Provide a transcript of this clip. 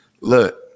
Look